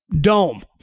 dome